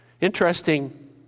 interesting